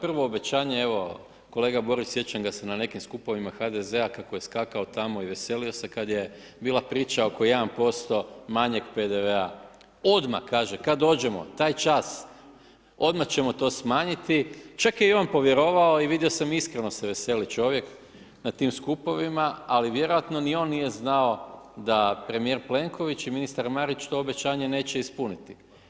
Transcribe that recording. Prvo obećanje, evo kolega Boris sjećam ga se na nekim skupovima HDZ-a kako je svako tamo i veselio se kada je bila priča oko 1% manjeg PDV-a, odmah, kaže, kada dođemo, taj čas, odmah ćemo to smanjiti, čak je i on povjerovao i vidio sam iskreno se veseli čovjek na tim skupovima, ali vjerojatno ni on nije znao da premjer Plenković ministar Marić to obećanje neće ispuniti.